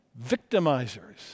victimizers